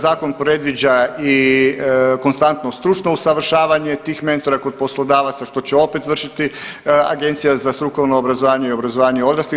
Zakon predviđa i konstantno stručno usavršavanje tih mentora kod poslodavaca što će opet vršiti Agencija za strukovno obrazovanje i obrazovanje odraslih.